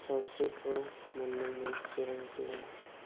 सावस्रिफोर मोनदोंमोन चिरां जिल्लायाव